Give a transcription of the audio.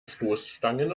stoßstangen